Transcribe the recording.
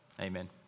Amen